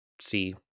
see